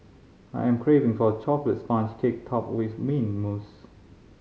I am craving for a chocolate sponge cake topped with mint mousse